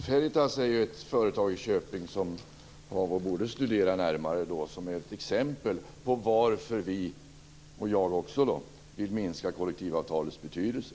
Fru talman! Ferritas är ett företag i Köping som Paavo Vallius närmare borde studera. Det är ett exempel på varför Moderaterna, således också jag, vill minska kollektivavtalets betydelse.